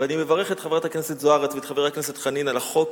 ואני מברך את חברת הכנסת זוארץ ואת חבר הכנסת חנין על החוק